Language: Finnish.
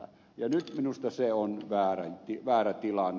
ja nyt minusta se on väärä tilanne